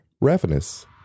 ravenous